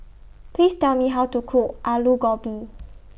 Please Tell Me How to Cook Alu Gobi